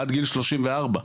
עד גיל שלושים וארבע.